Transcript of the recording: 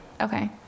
Okay